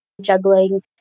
juggling